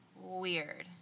Weird